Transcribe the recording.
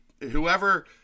whoever